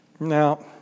Now